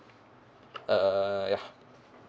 uh ya